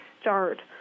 start